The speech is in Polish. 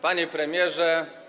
Panie Premierze!